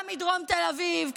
גם מדרום תל אביב,